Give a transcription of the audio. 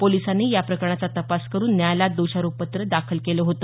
पोलिसांनी या प्रकरणाचा तपास करून न्यायालयात दोषारोपपत्र दाखल केले होते